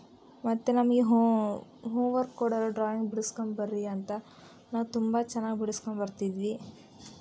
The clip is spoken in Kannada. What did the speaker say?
ಮತ್ತೆ ನಮಗೆ ಹೋಂ ಹೋಮ್ವರ್ಕ್ ಕೊಡೋರು ಡ್ರಾಯಿಂಗ್ ಬಿಡಿಸಿಕೊಂಡು ಬರ್ರಿ ಅಂತ ನಾವು ತುಂಬ ಚೆನ್ನಾಗಿ ಬಿಡಿಸಿಕೊಂಡು ಬರ್ತಿದ್ವಿ